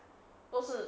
都是